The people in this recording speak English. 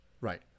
Right